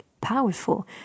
powerful